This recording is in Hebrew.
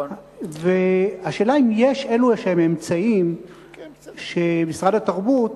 השאלה היא אם יש אמצעים כלשהם שמשרד התרבות